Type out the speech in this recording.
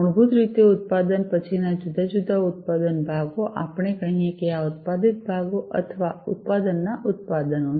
મૂળભૂત રીતે ઉત્પાદન પછીના જુદા જુદા ઉત્પાદન ભાગો આપણે કહીએ કે આ ઉત્પાદિત ભાગો અથવા ઉત્પાદનના ઉત્પાદનો છે